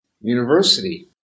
university